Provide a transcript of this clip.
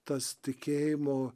tas tikėjimo